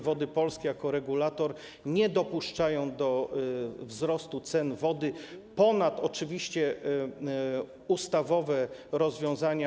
Wody Polskie jako regulator nie dopuszczają do wzrostu cen wody ponad ustawowe rozwiązania.